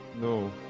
no